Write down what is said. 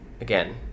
again